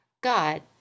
God